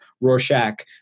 Rorschach